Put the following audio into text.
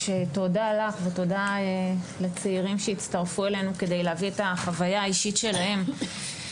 תודה לך ותודה לצעירים שהצטרפו אלינו כדי להביא את החוויה האישית שלהם.